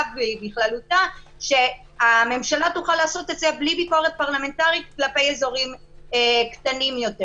בכללותה כלפי אזורים קטנים יותר בלי ביקורת פרלמנטרית.